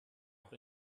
auch